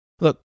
Look